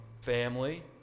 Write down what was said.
family